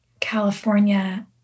California